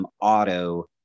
auto